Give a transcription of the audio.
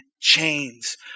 chains